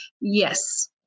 Yes